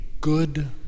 good